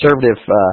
conservative